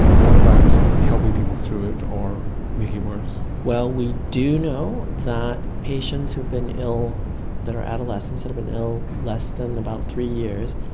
what about helping people through it or making it worse? well, we do know that patients who have been ill that are adolescents that have been ill less than about three years,